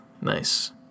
nice